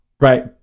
Right